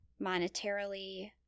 Monetarily